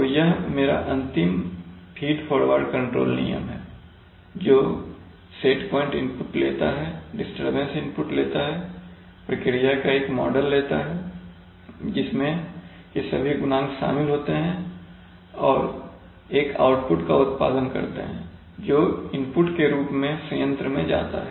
तो यह मेरा अंतिम फीड फॉरवर्ड कंट्रोल नियम है जो सेट प्वाइंट इनपुट लेता है डिस्टरबेंस इनपुट लेता है प्रक्रिया का एक मॉडल लेता है जिसमें ये सभी गुणांक शामिल होते हैं और एक आउटपुट का उत्पादन करते हैं जो इनपुट के रूप में संयंत्र में जाता है